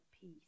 peace